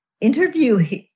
Interview